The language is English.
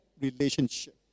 relationship